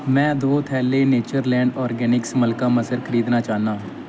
में दो थैले नेचरलैंड ऑर्गेनिक्स मलका मसर खरीदना चाह्न्नां